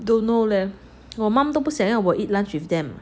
don't know 我 mum 都不想要我 eat lunch with them